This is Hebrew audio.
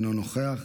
אינו נוכח,